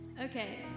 Okay